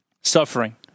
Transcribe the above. suffering